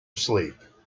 sleep